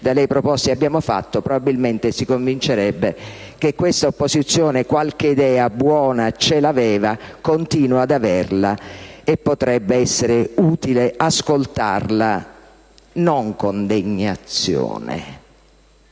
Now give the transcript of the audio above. da lei proposti, abbiamo fatto, probabilmente si convincerebbe che questa opposizione qualche idea buona l'aveva, continua ad averla e potrebbe essere utile ascoltarla non con degnazione,